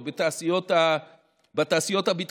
או בתעשיות הביטחוניות,